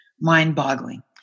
mind-boggling